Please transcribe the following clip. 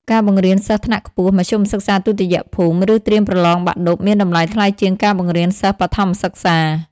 ការបង្រៀនសិស្សថ្នាក់ខ្ពស់ មធ្យមសិក្សាទុតិយភូមិ ឬត្រៀមប្រឡងបាក់ឌុប មានតម្លៃថ្លៃជាងការបង្រៀនសិស្សបឋមសិក្សា។